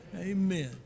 Amen